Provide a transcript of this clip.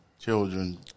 children